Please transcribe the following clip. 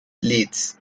leeds